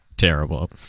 Terrible